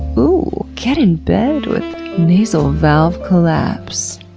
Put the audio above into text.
oooh, get in bed with nasal valve collapse.